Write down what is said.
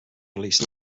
released